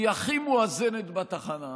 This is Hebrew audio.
שהיא הכי מואזנת בתחנה,